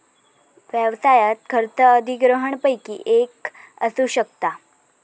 व्यवसायात खर्च अधिग्रहणपैकी एक असू शकता